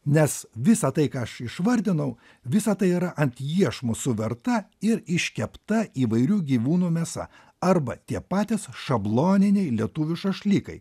nes visa tai ką aš išvardinau visa tai yra ant iešmo suverta ir iškepta įvairių gyvūnų mėsa arba tie patys šabloniniai lietuvių šašlykai